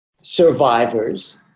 survivors